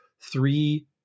three